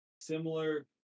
similar